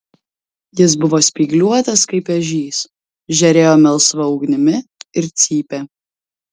jis buvo spygliuotas kaip ežys žėrėjo melsva ugnimi ir cypė